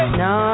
no